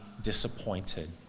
disappointed